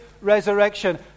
resurrection